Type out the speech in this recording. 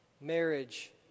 marriage